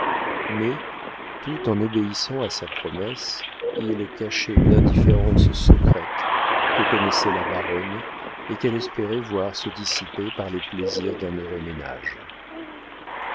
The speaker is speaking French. mais tout en obéissant à sa promesse il cachait une indifférence secrète que connaissait la baronne et qu'elle espérait voir se dissiper par les plaisirs d'un heureux ménage